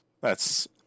thats